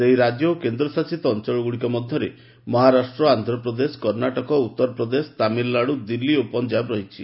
ସେହି ରାଜ୍ୟ ଓ କେନ୍ଦ୍ରଶାସିତ ଅଞ୍ଚଳଗୁଡ଼ିକ ମଧ୍ୟରେ ମହାରାଷ୍ଟ୍ର ଆନ୍ଧ୍ରପ୍ରଦେଶ କର୍ଣ୍ଣାଟକ ଉତ୍ତରପ୍ରଦେଶ ତାମିଲନାଡୁ ଦିଲ୍ଲୀ ଓ ପଞ୍ଜାବ ରହିଛି